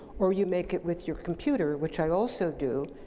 or you make it with your computer, which i also do,